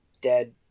dead